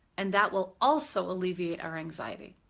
and that will also alleviate our anxiety.